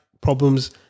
problems